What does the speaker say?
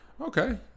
Okay